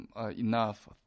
enough